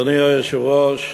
אדוני היושב-ראש,